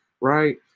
Right